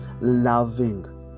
Loving